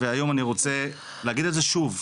והיום אני רוצה להגיד את זה שוב,